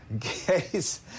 case